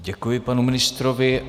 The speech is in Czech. Děkuji panu ministrovi.